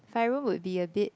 five room would be a bit